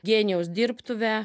genijaus dirbtuvę